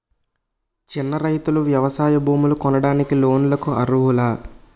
చిన్న రైతులు వ్యవసాయ భూములు కొనడానికి లోన్ లకు అర్హులా?